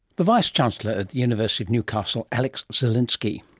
the vice chancellor at the university of newcastle, alex zelinsky.